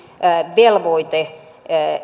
velvoite